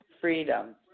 freedom